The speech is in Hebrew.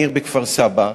מאיר בכפר-סבא,